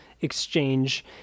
exchange